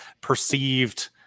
perceived